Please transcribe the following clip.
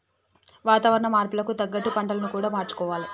వాతావరణ మార్పులకు తగ్గట్టు పంటలను కూడా మార్చుకోవాలి